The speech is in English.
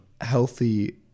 healthy